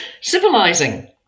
civilizing